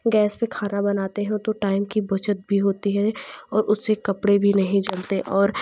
जब से गैस पर खाना बनाते हो तो टाइम की बचत भी होती है और उससे कपड़े भी नहीं जलते और